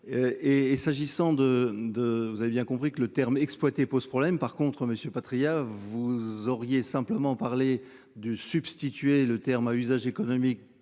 et s'agissant de de. Vous avez bien compris que le terme exploiter pose problème par contre Monsieur Patriat vous auriez simplement parlé du substituer le terme à usage économique